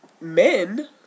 men